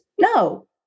no